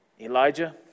Elijah